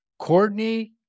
Courtney